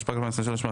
התשפ"ג 2023 (פ/3446/25),